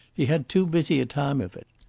he had too busy a time of it.